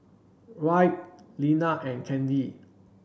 Wright Linna and Kandy